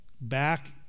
Back